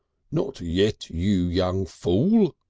not yet, you young fool!